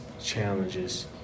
challenges